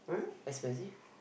expensive